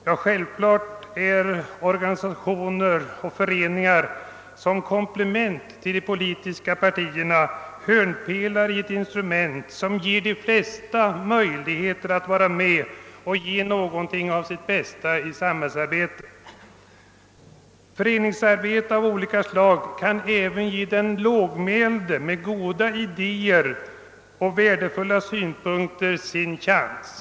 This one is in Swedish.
Ja, självklart är organisationer och föreningar som komplement till de politiska partierna hörnpelare i ett system som ger de flesta möjligheter att vara med och ge någonting av sitt bästa i samhällsarbetet. Föreningsarbete av olika slag kan även ge den lågmälde med goda idéer och värdefulla synpunkter en chans.